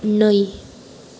नै